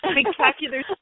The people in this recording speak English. spectacular